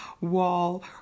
wall